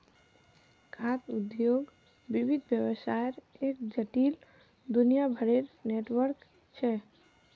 खाद्य उद्योग विविध व्यवसायर एक जटिल, दुनियाभरेर नेटवर्क छ